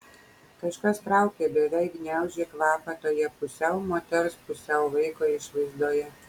kažkas traukė beveik gniaužė kvapą toje pusiau moters pusiau vaiko išvaizdoje